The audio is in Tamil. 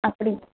அப்படிங்